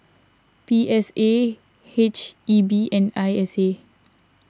P S A H E B and I S A